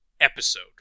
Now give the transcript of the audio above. episode